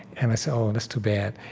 and i said, oh, that's too bad.